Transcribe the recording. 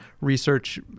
research